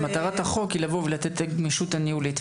מטרת החוק היא לבוא ולתת גמישות ניהולית,